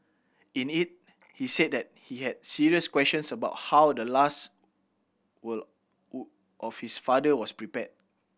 in it he said that he had serious questions about how the last will of his father was prepared